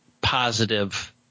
positive